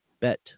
Bet